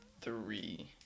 three